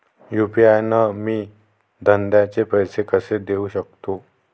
UPI न मी धंद्याचे पैसे कसे देऊ सकतो?